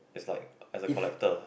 is like as a collector